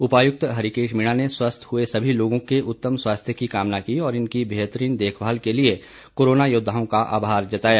उपायुकत हरिकेश मीणा ने स्वस्थ हुए सभी लोगों के उत्तम स्वास्थ्य की कामना की और इनकी बेहतरीन देखभाल के लिए कोरोना योद्वाओं का आभार जताया